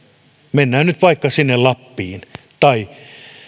mennään nyt vaikka sinne lappiin tai